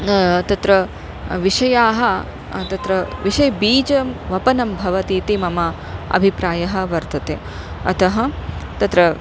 तत्र विषयाः तत्र विषयबीजं वपनं भवति इति मम अभिप्रायः वर्तते अतः तत्र